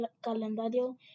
calendario